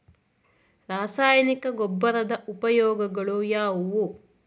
ರಾಸಾಯನಿಕ ಗೊಬ್ಬರದ ಉಪಯೋಗಗಳು ಯಾವುವು?